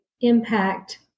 impact